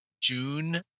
June